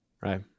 Right